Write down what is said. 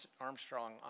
Armstrong